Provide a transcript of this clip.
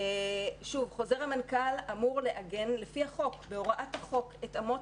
חוזר מנכ"ל אמור לעגן בהוראת החוק את אמות